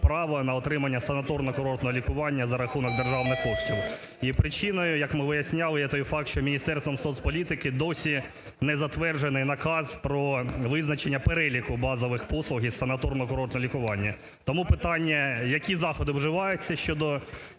права на отримання санаторно-курортного лікування за рахунок державних коштів. І причиною, як ми виясняли є той факт, що Міністерством соцполітики досі не затверджений наказ про визначення переліку базових послуг санаторно-курортного лікування. Тому питання, які заходи вживаються щодо